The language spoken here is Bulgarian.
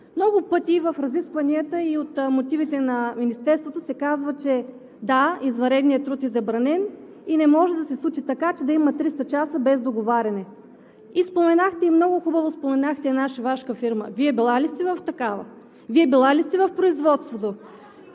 много пъти в разискванията и в мотивите на Министерството се казва, че – да, извънредният труд е забранен и не може да се случи така, че да, има 300 часа без договаряне. Много хубаво споменахте една шивашка фирма? Вие били ли сте в такава? Вие били ли сте в производството?